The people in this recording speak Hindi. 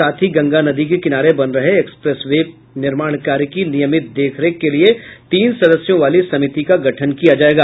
साथ ही गंगा नदी के किनारे बन रहे एक्सप्रेस वे निर्माण कार्य की नियमित देख रेख के लिए तीन सदस्यों वाली समिति का गठन किया जायेगा